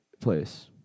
place